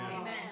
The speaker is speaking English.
Amen